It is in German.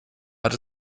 hat